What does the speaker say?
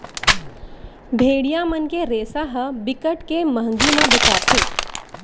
भेड़िया मन के रेसा ह बिकट के मंहगी म बेचाथे